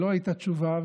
לא הייתה תשובה.